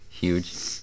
Huge